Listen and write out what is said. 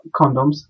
condoms